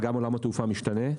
וגם עולם התעופה המשתנה.